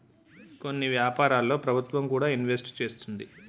కొన్ని వ్యాపారాల్లో ప్రభుత్వం కూడా ఇన్వెస్ట్ చేస్తుంది